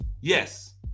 Yes